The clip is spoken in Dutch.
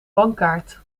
bankkaart